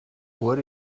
what